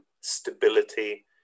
stability